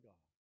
God